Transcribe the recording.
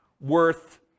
worth